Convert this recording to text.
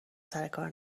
سرکار